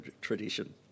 tradition